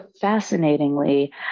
fascinatingly